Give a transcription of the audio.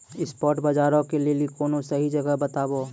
spot बजारो के लेली कोनो सही जगह बताबो